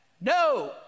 no